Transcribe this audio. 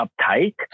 uptight